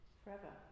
forever